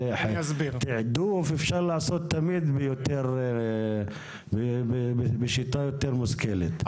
תיעדוף אפשר תמיד לעשות בשיטה יותר מושכלת.